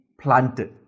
planted